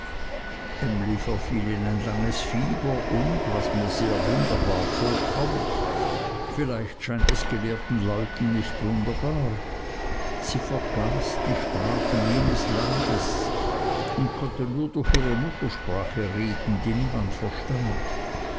verfiel in ein langes fieber und was mir sehr wunderbar vorkommt vielleicht scheint es gelehrten leuten nicht wunderbar sie vergaß die sprache jenes landes und konnte nur ihre muttersprache reden die niemand verstand